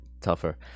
tougher